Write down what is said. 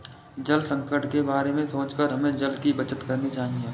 जल संकट के बारे में सोचकर हमें जल की बचत करनी चाहिए